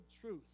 truth